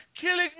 killing